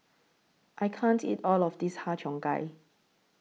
I can't eat All of This Har Cheong Gai